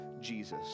Jesus